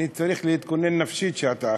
אני צריך להתכונן נפשית כשאתה אחרי.